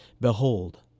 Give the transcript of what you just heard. Behold